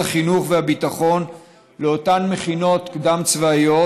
החינוך והביטחון לאותן מכינות קדם-צבאיות,